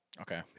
Okay